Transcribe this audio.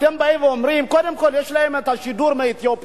אתם באים ואומרים: קודם כול יש להם את השידור מאתיופיה,